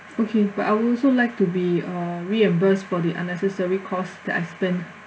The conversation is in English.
okay but I would also like to be uh reimbursed for the unnecessary cost that I spent